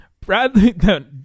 Bradley